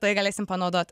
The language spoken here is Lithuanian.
tai galėsim panaudot